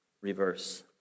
Reverse